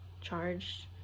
charged